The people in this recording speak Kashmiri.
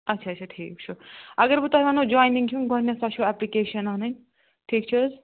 اچھا اچھا ٹھیٖک چھُ اگر بہٕ تۄہہِ ونو جۄینِنٛگ ہُنٛد گۄڈنیٚتھ چھو ایٚپلِکیچن انن ٹھیٖک چھ حظ